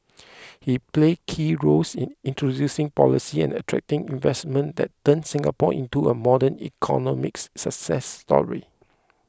he played key roles in introducing policy and attracting investments that turned Singapore into a modern economic success story